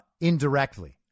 indirectly